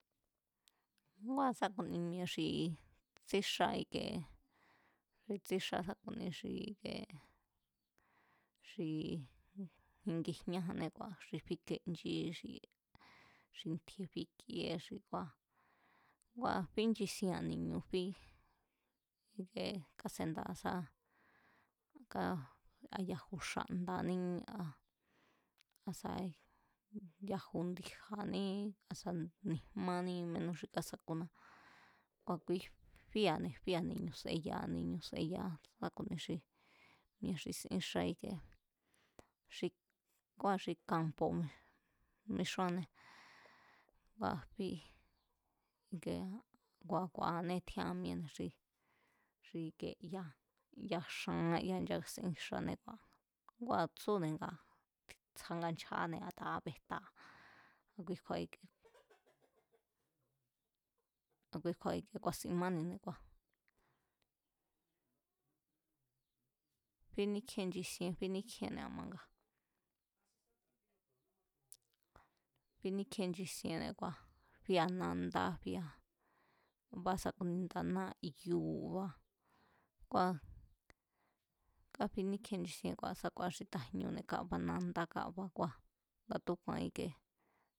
Ngua̱ sá ku̱ni mi̱e̱ xi tsíxá i̱kee, tsíxá sá ku̱ni xi i̱kee xi ngijñájannée̱ nga fíkenchí xi ntji̱e̱ bíkíé xi ngua̱ fí nchisiean ni̱ñu̱ fí, i̱ke kasendáa̱ sá a yaju xa̱nda̱ní asa̱ yaju ndi̱ja̱ní asa̱ ni̱jmání mínú xi kásakúná, kua̱ kui fía̱ne̱, fía̱ ni̱ñu̱, seyaa̱ ni̱ñu̱ seyaa̱ mi̱e̱ xi sín xa íkie xi, kua̱ xi kampo̱ mixúanné kua̱ fí i̱ke, ngua̱ ku̱a̱anee̱ tjían míée̱ne̱ xi, xi i̱ke ya, ya xanrá ya nchasín xane kua̱ ngua̱ tsúne̱ nga tsja ngachjaáne̱ a̱taa̱ kábejtaa̱ a̱kui kju̱a̱ ike, a̱kui kju̱a̱ ike ku̱a̱sín mánine̱, kua̱ fíníkjíen nchisien fíníkjíenne̱ a̱ma nga, fíníkjíen nchisiene̱ kua̱ fía̱ nandá fía̱ ba sá ku̱ni nda náyu̱ kua̱, káfíníkjíen nchisien kua̱ sa ku̱aá xi ta̱jñúne̱ kába nandá kába kua̱ nga tu̱úku̱a̱n ikie